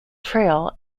trail